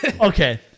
okay